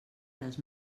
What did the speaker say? les